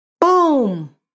Boom